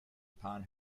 upon